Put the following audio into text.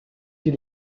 die